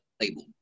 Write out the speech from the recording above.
label